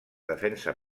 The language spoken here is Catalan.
defensa